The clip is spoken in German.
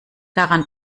daran